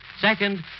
Second